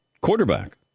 quarterback